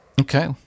okay